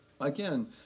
again